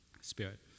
Spirit